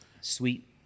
sweet